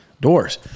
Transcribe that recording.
doors